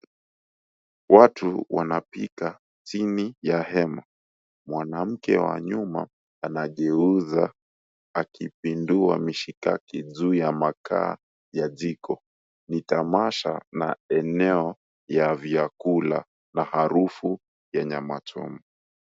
Watu wanapika chini ya hema. Mwanamke wa nyuma anageuza akipindua mishikaki juu ya makaa ya jiko. Ni tamasha na eneo ya vyakula na harufu ya nyama choma.